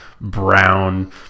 brown